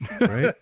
Right